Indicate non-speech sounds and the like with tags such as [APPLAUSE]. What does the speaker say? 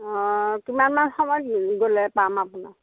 অ কিমানমান সময়ত [UNINTELLIGIBLE] গ'লে পাম আপোনাক